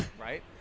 Right